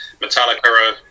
Metallica